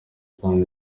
kandi